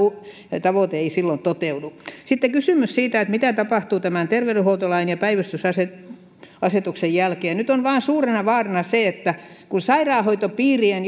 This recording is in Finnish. tavoite ei silloin toteudu sitten kysymys siitä mitä tapahtuu tämän terveydenhuoltolain ja päivystysasetuksen jälkeen nyt on vain suurena vaarana se että kun sairaanhoitopiirien